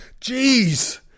Jeez